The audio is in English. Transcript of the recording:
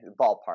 Ballpark